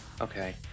Okay